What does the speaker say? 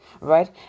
right